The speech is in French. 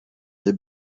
des